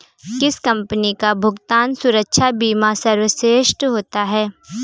किस कंपनी का भुगतान सुरक्षा बीमा सर्वश्रेष्ठ होता है?